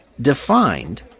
Defined